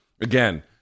again